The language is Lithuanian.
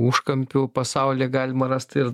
užkampių pasaulyje galima rast ir